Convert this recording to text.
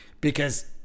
because-